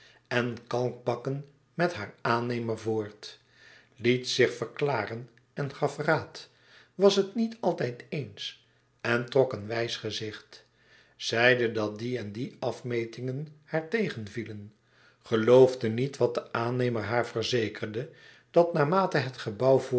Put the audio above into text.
en kalkbakken met haar aannemer voort liet zich verklaren en gaf raad was het niet altijd eens en trok een wijs gezicht zeide dat die en die afmetingen haar tegenvielen geloofde niet wat de aannemer haar verzekerde dat naarmate het gebouw